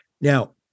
Now